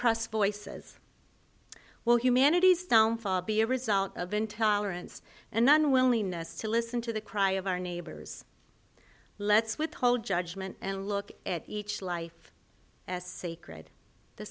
oppress voices well humanity's downfall be a result of intolerance and then willingness to listen to the cry of our neighbors let's withhold judgment and look at each life as sacred the